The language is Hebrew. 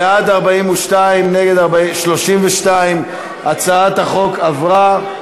בעד, 42, נגד, 32. הצעת החוק עברה.